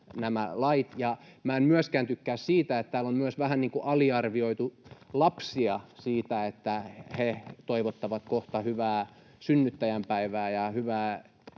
ja minä en myöskään tykkää siitä, että täällä on myös vähän niin kuin aliarvioitu lapsia, että he toivottavat kohta hyvää synnyttäjän päivää ja hyvää